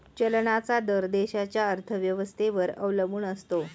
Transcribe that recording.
चलनाचा दर देशाच्या अर्थव्यवस्थेवर अवलंबून असतो